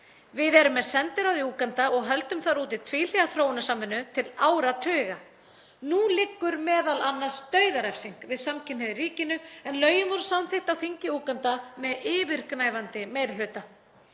Við erum með sendiráð í Úganda og höldum þar úti tvíhliða þróunarsamvinnu til áratuga. Nú liggur m.a. dauðarefsing við samkynhneigð í ríkinu en lögin voru samþykkt á þingi Úganda með yfirgnæfandi meiri hluta.